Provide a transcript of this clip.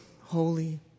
holy